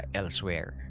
elsewhere